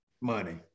money